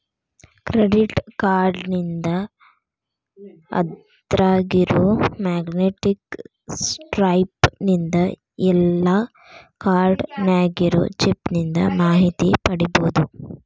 credit ಕಾರ್ಡ್ನಿಂದ ಅದ್ರಾಗಿರೊ magnetic stripe ನಿಂದ ಇಲ್ಲಾ ಕಾರ್ಡ್ ನ್ಯಾಗಿರೊ ಚಿಪ್ ನಿಂದ ಮಾಹಿತಿ ಪಡಿಬೋದು